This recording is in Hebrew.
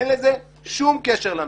אין לזה שום קשר למציאות.